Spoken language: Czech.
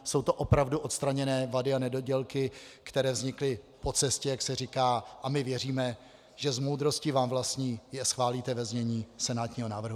Jsou to opravdu odstraněné vady a nedodělky, které vznikly po cestě, jak se říká, a my věříme, že s moudrostí vám vlastní je schválíte ve znění senátního návrhu.